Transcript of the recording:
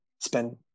spend